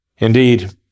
Indeed